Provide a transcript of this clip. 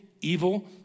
evil